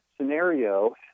scenario